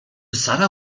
sara